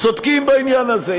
צודקים בעניין הזה.